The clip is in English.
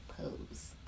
Pose